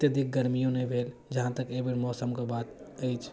अत्यधिक गर्मियो नहि भेल जहाँ तक एहिबेर मौसमके बात अछि